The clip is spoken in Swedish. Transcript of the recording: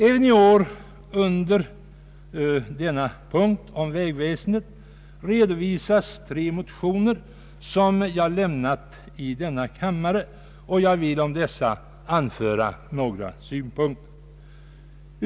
Även i år redovisas under denna punkt om vägväsendet tre motioner som jag har avlämnat i denna kammare, och jag vill anföra några synpunkter beträffande dessa.